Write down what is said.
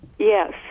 Yes